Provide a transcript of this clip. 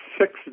six